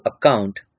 account